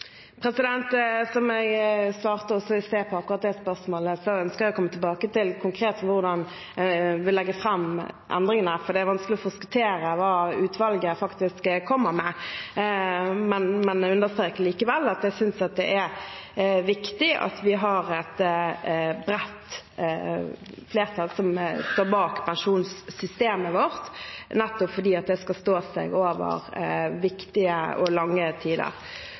Som jeg svarte i sted på akkurat det spørsmålet, ønsker jeg å komme tilbake til konkret hvordan vi legger fram endringene, for det er vanskelig å forskuttere hva utvalget faktisk kommer med. Jeg understreker likevel at jeg synes det er viktig at vi har et bredt flertall som står bak pensjonssystemet vårt, nettopp fordi det skal stå seg over viktige og lange tider.